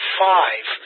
five